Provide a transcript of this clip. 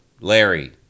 Larry